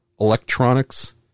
electronics